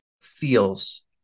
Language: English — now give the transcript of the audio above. feels